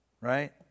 Right